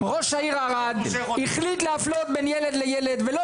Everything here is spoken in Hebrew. ראש העיר ערד החליט להפלות בין ילד לילד ולא